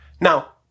Now